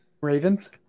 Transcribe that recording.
Ravens